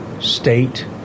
state